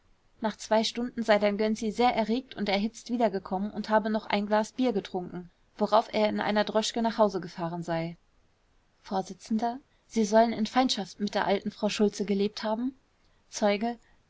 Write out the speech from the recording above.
nach zwei stunden sei dann gönczi sehr erregt und erhitzt wiedergekommen und habe noch ein glas bier getrunken worauf er in einer droschke nach hause gefahren sei vors sie sollen in feindschaft mit der alten frau schultze gelebt haben zeuge